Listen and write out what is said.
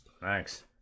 Thanks